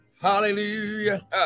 Hallelujah